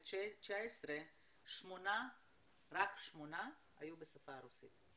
ב-2019 רק שמונה היו בשפה הרוסית.